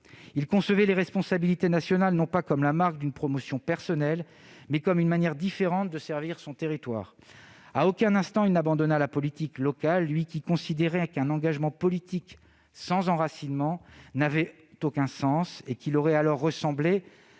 Il concevait les responsabilités nationales non pas comme la marque d'une promotion personnelle, mais comme une manière différente de servir son territoire. À aucun instant il n'abandonna la politique locale, lui qui considérait qu'un engagement politique sans enracinement n'avait aucun sens, et qu'il aurait alors ressemblé « à un